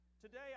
Today